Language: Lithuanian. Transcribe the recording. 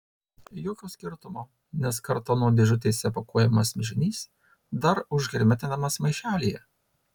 jokio skirtumo nes kartono dėžutėse pakuojamas mišinys dar užhermetinamas maišelyje